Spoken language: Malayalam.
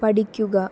പഠിക്കുക